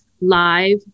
live